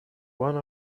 one